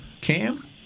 Cam